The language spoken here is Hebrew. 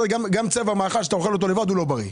גם צבע מאכל כשאתה אוכל אותו לבד, הוא לא בריא.